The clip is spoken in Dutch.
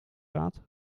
gaat